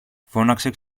φώναξε